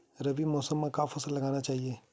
रबी मौसम म का फसल लगाना चहिए?